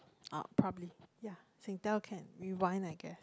uh probably ya Singtel can rewind I guess